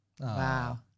Wow